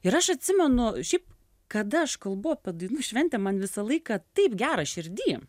ir aš atsimenu šiaip kada aš kalbu apie dainų šventę man visą laiką taip gera širdy